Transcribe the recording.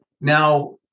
now